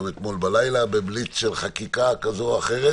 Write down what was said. אתמול בלילה בבליץ של חקיקה כזו או אחרת,